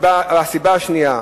הסיבה השנייה: